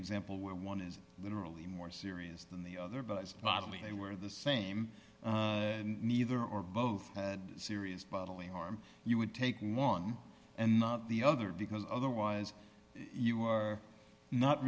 example where one is generally more serious than the other but it's not me they were the same neither or both had serious bodily harm you would take one and not the other because otherwise you are not